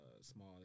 small